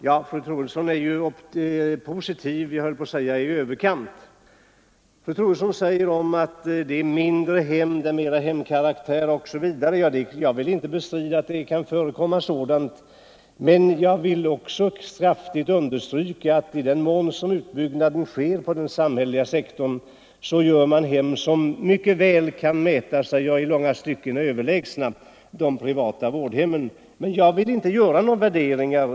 Ja, fru Troedsson är i sin tur positiv i överkant. Fru Troedsson säger att det är fråga om mindre hem, som har mera av hemkaraktär osv. Jag vill inte bestrida att sådant förekommer, men jag vill också kraftigt understryka att i den mån en utbyggnad sker inom den samhälleliga sektorn inrättas hem, som mycket väl kan mäta sig med, ja, i långa stycken är överlägsna de privata vårdhemmen. Men jag vill inte göra några värderingar.